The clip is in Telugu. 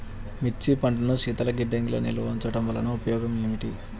మిర్చి పంటను శీతల గిడ్డంగిలో నిల్వ ఉంచటం వలన ఉపయోగం ఏమిటి?